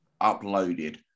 uploaded